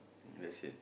let's say